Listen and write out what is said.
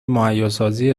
مهیاسازی